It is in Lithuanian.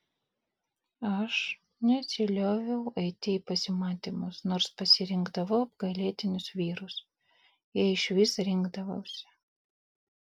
aš nesilioviau eiti į pasimatymus nors pasirinkdavau apgailėtinus vyrus jei išvis rinkdavausi